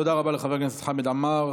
תודה רבה לחבר הכנסת חמד עמאר.